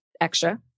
Extra